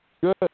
good